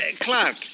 Clark